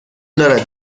دارد